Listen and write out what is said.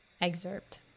excerpt